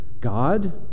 God